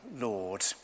Lord